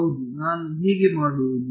ಹೌದು ನಾನು ಹೇಗೆ ಮಾಡುವುದು